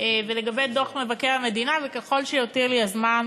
ולגבי דוח מבקר המדינה, וככל שיותיר לי הזמן